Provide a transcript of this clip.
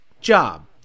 job